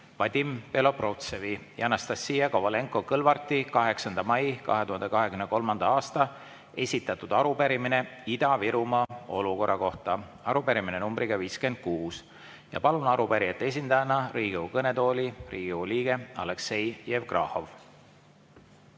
Vadim Belobrovtsevi ja Anastassia Kovalenko-Kõlvarti 8. mail 2023. aastal esitatud arupärimine Ida-Virumaa olukorra kohta, arupärimine numbriga 56. Palun arupärijate esindajana Riigikogu kõnetooli Riigikogu liikme Aleksei Jevgrafovi.